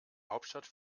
hauptstadt